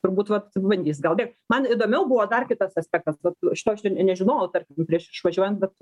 turbūt vat bandys gal bėgt man įdomiau buvo dar kitas aspektas vat šitoj nežinojau tarkim prieš išvažiuojant bet